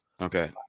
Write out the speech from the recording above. Okay